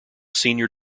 senior